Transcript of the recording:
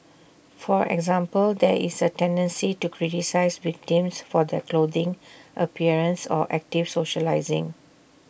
for example there is A tendency to criticise victims for their clothing appearance or active socialising